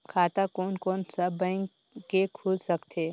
खाता कोन कोन सा बैंक के खुल सकथे?